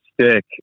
stick